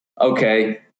okay